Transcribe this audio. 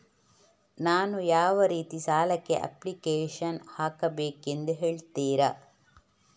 ನಾನು ಯಾವ ರೀತಿ ಸಾಲಕ್ಕೆ ಅಪ್ಲಿಕೇಶನ್ ಹಾಕಬೇಕೆಂದು ಹೇಳ್ತಿರಾ?